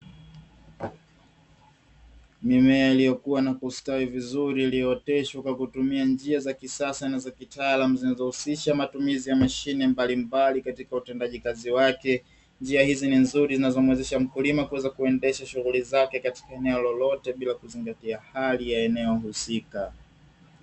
Mimea yaliyokuwa na kustawi vizuri iliyooteshwa kwa kutumia njia za kisasa na za kitaalamu, zinazohusisha matumizi ya mashine mbalimbali katika utendaji kazi wake, njia hizi ni nzuri zinazomwezesha mkulima kuweza kuendesha shughuli zake katika eneo lolote bila kuzingatia hali ya eneo husika.